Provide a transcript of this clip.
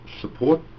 support